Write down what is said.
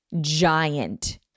giant